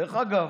דרך אגב,